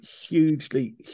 hugely